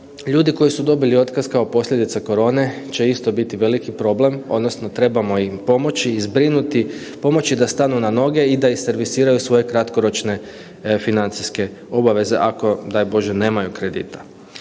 ljudi koji su dobili otkaz kao posljedica korone će biti veliki problem odnosno trebamo im pomoći i zbrinuti, pomoći da stanu noge i da ih servisiraju u svoje kratkoročne financijske obaveze ako daj Bože nemaju kredita.